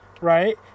right